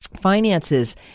finances